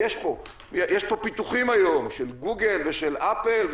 יש פה פיתוחים היום של גוגל ושל אפל,